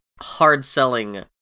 hard-selling